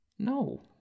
No